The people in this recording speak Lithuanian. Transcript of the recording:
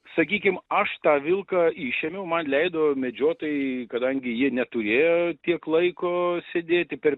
sakykim aš tą vilką išėmiau man leido medžiotojai kadangi jie neturėjo tiek laiko sėdėti per